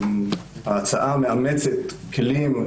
שההצעה מאמצת כלים,